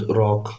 rock